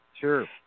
Sure